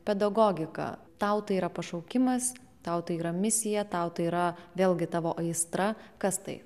pedagogika tau tai yra pašaukimas tau tai yra misija tau tai yra vėlgi tavo aistra kas tai